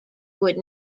would